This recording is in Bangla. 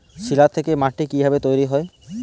শিলা থেকে মাটি কিভাবে তৈরী হয়?